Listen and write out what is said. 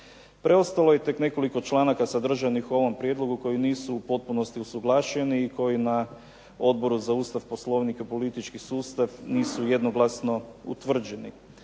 Preostalo je tek nekoliko članaka sadržanih u ovom prijedlogu koji nisu u potpunosti usuglašeni i koji na Odboru za Ustav, Poslovnik i politički sustav nisu jednoglasno utvrđeni.